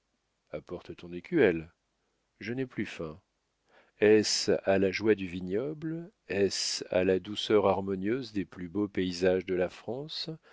apporte ton écuelle je n'ai plus faim est-ce à la joie du vignoble est-ce à la douceur harmonieuse des plus beaux paysages de la france